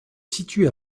situe